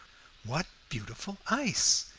what beautiful ice!